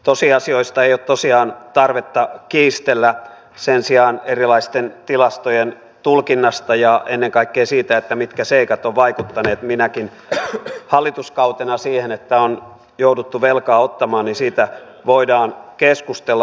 tosiasioista ei ole tosiaan tarvetta kiistellä sen sijaan erilaisten tilastojen tulkinnasta ja ennen kaikkea siitä mitkä seikat ovat vaikuttaneet minäkin hallituskautena siihen että on jouduttu velkaa ottamaan voidaan keskustella